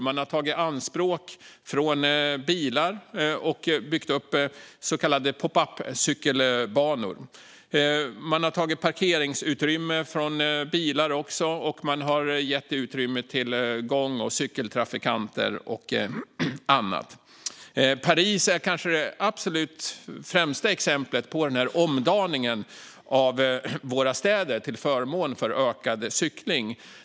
Man har tagit platser för bilar i anspråk och byggt så kallade popup-cykelbanor. Parkeringsutrymmen för bilar har också fått ge utrymme åt gång och cykeltrafikanter och annat. Paris är det kanske absolut främsta exemplet på omdaningen av våra städer till förmån för ökad cykling.